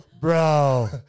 bro